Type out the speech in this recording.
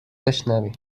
بشنویم